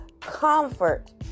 comfort